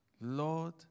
Lord